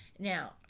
Now